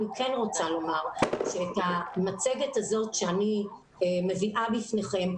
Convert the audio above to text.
אני כן רוצה לומר שאת המצגת הזאת שאני מביאה בפניכם,